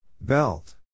Belt